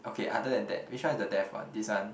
okay other than that which one is the deaf one this one